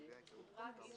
אנחנו עוברים ל (ד).